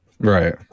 Right